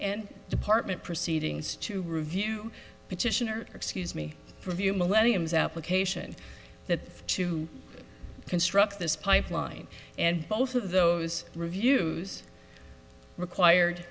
and department proceedings to review petition or excuse me for view millenniums out occasion that to construct this pipeline and both of those reviews required